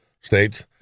states